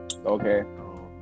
Okay